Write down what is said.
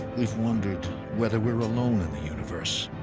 we've wondered whether we're alone in the universe.